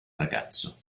ragazzo